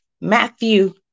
Matthew